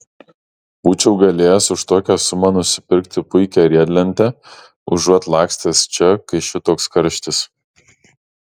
būčiau galėjęs už tokią sumą nusipirkti puikią riedlentę užuot lakstęs čia kai šitoks karštis